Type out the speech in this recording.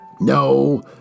no